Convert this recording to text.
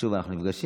שוב אנחנו נפגשים.